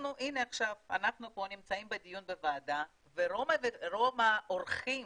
אנחנו עכשיו נמצאים פה בדיון בוועדה ורוב האורחים